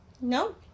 no